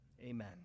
Amen